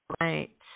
right